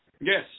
Yes